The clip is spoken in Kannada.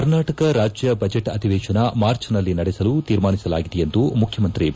ಕರ್ನಾಟಕ ರಾಜ್ಯ ಬಜೆಟ್ ಅಧಿವೇಶನ ಮಾರ್ಚ್ನಲ್ಲಿ ನಡೆಸಲು ತೀರ್ಮಾನಿಸಲಾಗಿದೆ ಎಂದು ಮುಖ್ಯಮಂತ್ರಿ ಬಿ